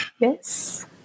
Yes